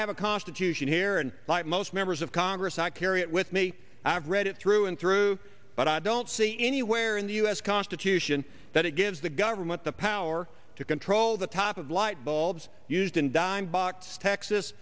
have a constitution here and like most members of congress i carry it with me i've read it through and through but i don't see anywhere in the us constitution that it gives the government the power to control the top of lightbulbs used in dime box texas